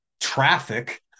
traffic